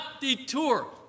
detour